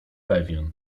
pewien